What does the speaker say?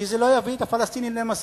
כי זה לא יביא את הפלסטינים למשא-ומתן,